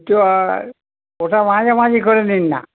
তো ওটা মাঝামাঝি করে নিন না